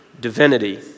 divinity